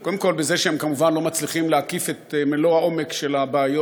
קודם כול בזה שהם כמובן לא מצליחים להקיף את מלוא העומק של הבעיות,